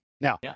Now